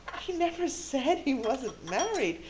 he never said he wasn't married.